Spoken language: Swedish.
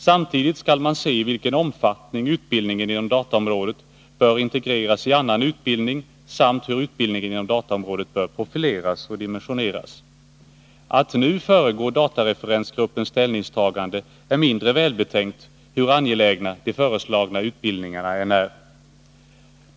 Samtidigt skall man se i vilken omfattning utbildningen inom dataområdet bör integreras i annan utbildning samt hur utbildningen inom dataområdet bör profileras och dimensioneras. Att nu föregå datareferensgruppens ställningstagande är mindre välbetänkt, hur angelägna de föreslagna utbildningarna än är.